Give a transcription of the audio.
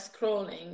scrolling